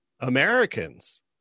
Americans